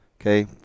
okay